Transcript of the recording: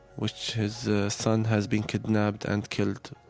which his son has been kidnapped and killed,